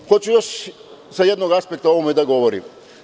Hoću još sa jednog aspekta o ovome da govorim.